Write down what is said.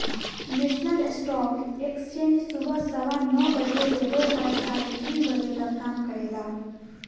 national stock exchange सुबह सवा नौ बजे से दोपहर साढ़े तीन बजे तक काम करेला